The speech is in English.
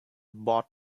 bought